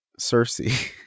Cersei